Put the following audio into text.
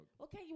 Okay